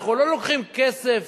אנחנו לא לוקחים כסף